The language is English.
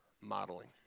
modeling